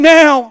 now